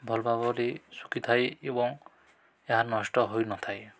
ଭଲଭାବରେ ଶୁଖିଥାଏ ଏବଂ ଏହା ନଷ୍ଟ ହୋଇନଥାଏ